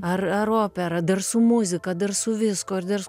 ar ar opera dar su muzika dar su viskuo ir dar